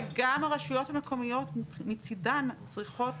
וגם הרשויות המקומיות מצדן צריכות